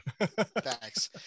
Thanks